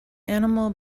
animal